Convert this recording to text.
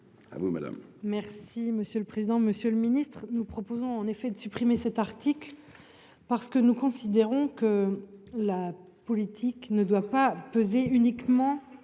monsieur le président, Monsieur le Ministre, nous proposons en effet de supprimer cet article parce que nous considérons que la politique ne doit pas peser uniquement